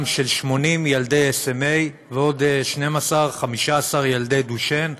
של 80 ילדי SMA ועוד 12 15 ילדי דושן,